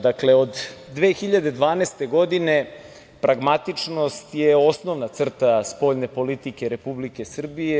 Dakle, od 2012. godine pragmatičnost je osnovna crta spoljne politike Republike Srbije.